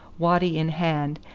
waddy in hand,